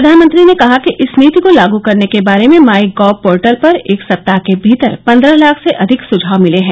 प्रधानमंत्री ने कहा कि इस नीति को लागू करने के बारे में माई गॉव पोर्टल पर एक सप्ताह के भीतर पन्द्रह लाख से अधिक सुझाव मिले हैं